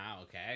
Okay